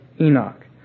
Enoch